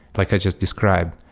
like i just described,